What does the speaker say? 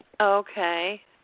Okay